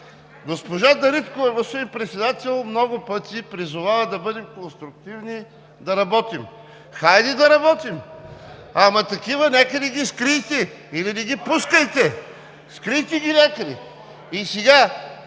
Госпожа Дариткова, господин Председател, много пъти призовава да бъдем конструктивни, да работим. Хайде да работим! Ама такива някъде ги скрийте или не ги пускайте, скрийте ги някъде.